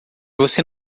você